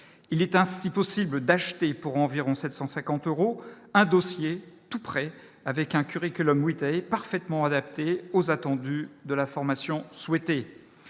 il est ainsi possible d'acheter pour environ 750 euros, un dossier tout prêt avec un Curriculum vitae parfaitement adapté aux attendus de la formation souhaité